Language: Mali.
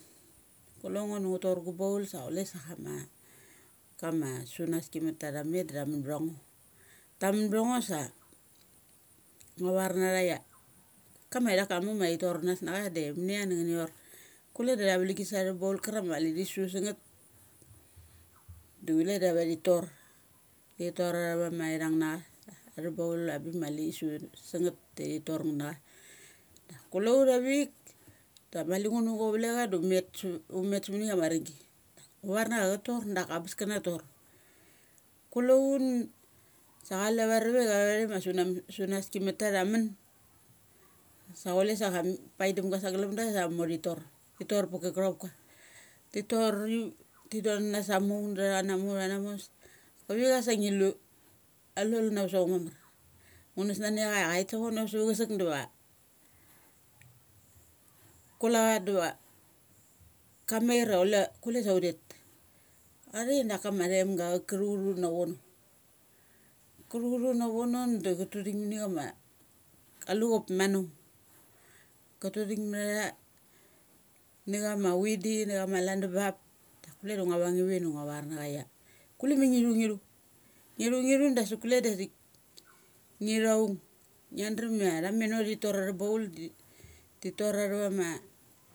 Kule ngo du ngu tor gu baul sa chule sa ama. Kama sunaskimat ta tha met da tha mun btha ngo. Ta mun btha ngo sa ngua var na tha ia kama ithak ka muk ma thi tor nas na cha da munia da nguni thor. Kule da tha vali gis sa tha va baul karang ma mali thi su san ngeth da chule da tha ve thi tor. Thi tor atha va ma ithung na cha atha va baul a tha va bulabik ma mali thi su ngeth da thi tor ngeth na cha. Kulo ut avik ut avik. da mali ngu nu gualvek acha da un met sa. um met sa muni ama ringgi. Ngo var na cha ia cha tor da am bes ka na tor thi tor. Kule un sa chala avarovek avathe ma sunam. sunaski ma ta tha mun. sa chule am paikdam ga sa galumga sa thamor thi tor. Ti tor paka kuthopka. Ti tor, ti don anas sa muk da tha na mu. tha na mu. sa. Kavitcha sa ngi lu alol na va so chong mamar. Ngu nas nani acha ia kait sa vono sa vak ka chasek dava kule cha dava ka main va kule sa un det. Athe dak kama athaim ga auk ka thu ka thu na vono. Ka thu ka thu na vono da cha tu thik mania ma luchop mano. Ka tu thik manatha na cha ma chui di na cha ma landum bub. Kule da ngua vung ivi da ngua var na chaia kule ma ngi thu. ngi thu. Ngi thu dasik ngi thu aung. Nga drum ia tha meno thi tor atha baul da thi tor atha vama.